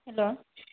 hello